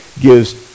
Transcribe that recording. gives